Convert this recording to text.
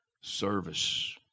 service